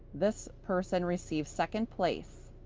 this person receive second place,